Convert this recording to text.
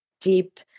deep